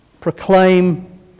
proclaim